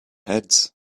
heads